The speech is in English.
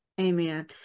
amen